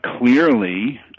clearly